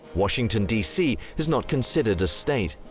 washington dc is not considered a state.